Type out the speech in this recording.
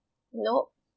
nope